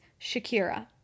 Shakira